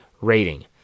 rating